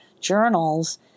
journals